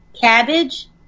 cabbage